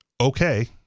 Okay